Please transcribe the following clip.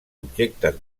objectes